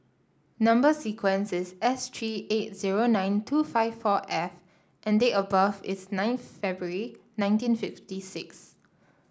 number sequence is S three eight zero nine two five four F and date of birth is ninth February nineteen fifty six